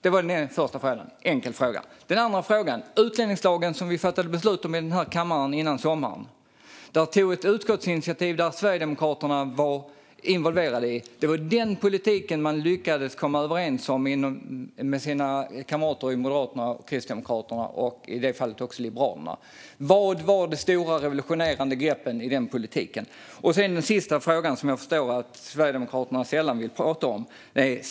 Det var den första frågan - en enkel fråga. Den andra frågan gällde utlänningslagen, som vi fattade beslut om i den här kammaren före sommaren. Där fanns ett utskottsinitiativ som Sverigedemokraterna var involverade i. Det var den politiken de lyckades komma överens om med sina kamrater i Moderaterna, Kristdemokraterna och, i det här fallet, också Liberalerna. Vad var de stora revolutionerande greppen i den politiken? Den sista frågan förstår jag att Sverigedemokraterna sällan vill prata om.